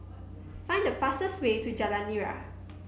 find the fastest way to Jalan Nira